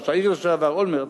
ראש העיר לשעבר אולמרט,